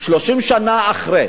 ש-30 שנה אחרי